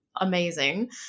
amazing